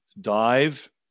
dive